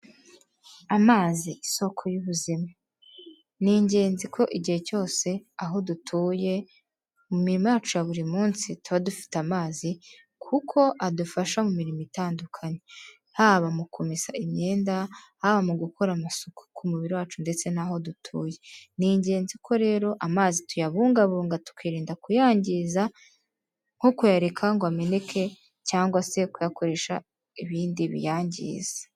Amazi isoko y'ubuzima ni ingenzi ko igihe cyose aho dutuye mu mirimo yacu ya buri munsi tuba dufite amazi kuko adufasha mu mirimo itandukanye haba mu kumesa imyenda, haba mu gukora amasuku ku mubiri wacu ndetse n'aho dutuye, ni ingenzi ko rero amazi tuyabungabunga tukiririnda kuyangiza nko kuyareka ngo ameneke cyangwa se kuyakoresha ibindi biyangiza.